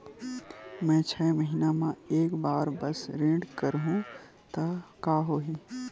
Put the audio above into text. मैं छै महीना म एक बार बस ऋण करहु त का होही?